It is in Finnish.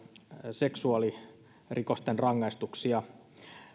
seksuaalirikosten rangaistuksia